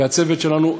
והצוות שלנו,